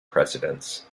presidents